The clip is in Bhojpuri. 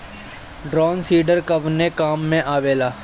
ड्रम सीडर कवने काम में आवेला?